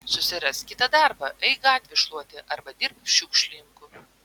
susirask kitą darbą eik gatvių šluoti arba dirbk šiukšlininku